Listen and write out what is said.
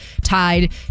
tied